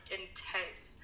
intense